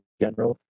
general